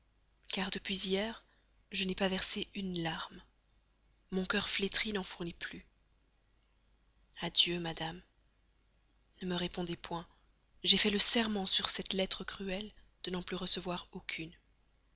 car depuis hier je n'ai pas versé une larme mon cœur flétri n'en fournit plus adieu madame ne me répondez point j'ai fait le serment sur cette lettre cruelle de n'en plus recevoir aucune